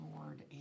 Lord